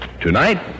Tonight